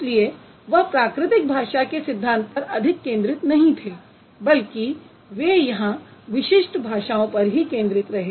इसलिए वह प्राकृतिक भाषा के सिद्धान्त पर अधिक केन्द्रित नहीं थे बल्कि वे यहाँ विशिष्ट भाषाओं पर ही केन्द्रित रहे